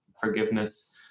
Forgiveness